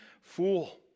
fool